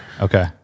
Okay